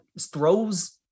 throws